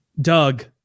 Doug